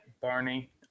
Barney